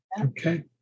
Okay